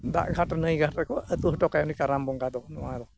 ᱫᱟᱜ ᱜᱷᱟᱴ ᱱᱟᱹᱭ ᱜᱷᱟᱴ ᱨᱮᱠᱚ ᱟᱹᱛᱩ ᱦᱚᱴᱚ ᱠᱟᱭᱟ ᱩᱱᱤ ᱠᱟᱨᱟᱢ ᱵᱚᱸᱜᱟ ᱫᱚ ᱱᱚᱣᱟ ᱫᱚ